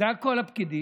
ומעל כל הפקידים,